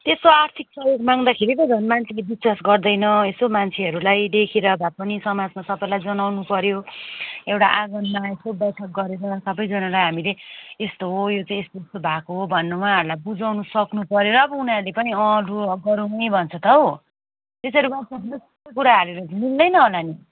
त्यस्तो आर्थिक सहयोग माग्दाखेरि पो झन् मान्छेले विश्वास गर्दैन यसो मान्छेहरूलाई देखेर भए पनि समाजमा सबैलाई जनाउनु पऱ्यो एउटा आँगनमा यसो बैठक गरेर सबैजनालाई हामीले यस्तो हो यो चै यस्तो स्तो भएको हो भनेर उहाँहरूलाई बुझाउनु सक्नु पऱ्यो र पो उनीहरूले पनि लु गरौँ है भन्छ त हौ एसरी वाट्सएपमा सबै कुरा हालेर मिल्दैन होला नि